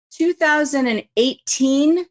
2018